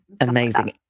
amazing